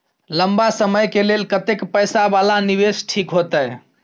लंबा समय के लेल कतेक पैसा वाला निवेश ठीक होते?